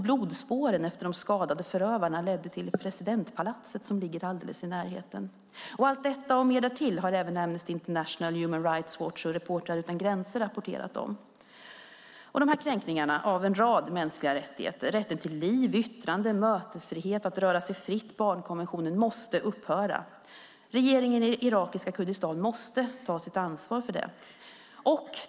Blodspåren efter de skadade förövarna ledde till presidentpalatset som ligger alldeles i närheten. Allt detta och mer därtill har även Amnesty International, Human Rights Watch och Reportrar utan gränser rapporterat om. Dessa kränkningar av en rad mänskliga rättigheter - rätten till liv, yttrande och mötesfrihet, att röra sig fritt och barnkonventionen - måste upphöra. Regeringen i irakiska Kurdistan måste ta sitt ansvar för detta.